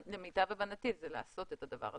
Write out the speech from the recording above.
למיטב הבנתי הכוונה היא לעשות את הדבר הזה.